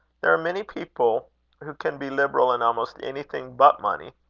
there are many people who can be liberal in almost anything but money.